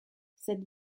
cette